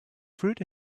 fruit